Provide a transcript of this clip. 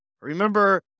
Remember